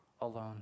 alone